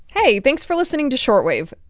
hey. thanks for listening to short wave.